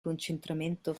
concentramento